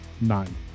Nine